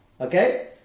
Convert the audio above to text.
Okay